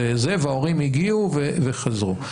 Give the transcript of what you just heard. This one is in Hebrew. וההורים הגיעו וחזרו.